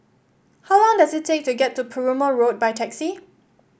how long does it take to get to Perumal Road by taxi